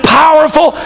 powerful